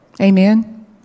Amen